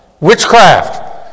witchcraft